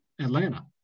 atlanta